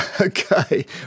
Okay